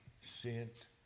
sent